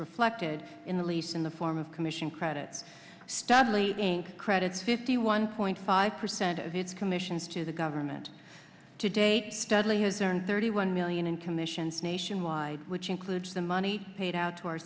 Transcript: reflected in the lease in the form of commision credit studly inc credit fifty one point five percent of its commissions to the government to date studly has earned thirty one million in commissions nationwide which includes the money paid out to our